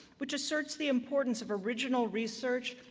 which asserts the importance of original research,